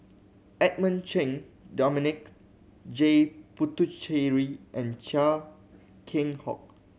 Edmund Cheng Dominic J Puthucheary and Chia Keng Hock